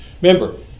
remember